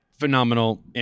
phenomenal